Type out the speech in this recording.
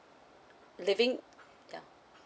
living